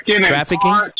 trafficking